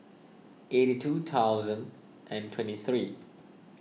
eighty two thousand and twenty three